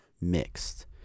mixed